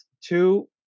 two